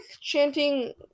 chanting